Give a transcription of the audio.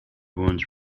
wounds